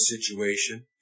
situation